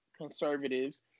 conservatives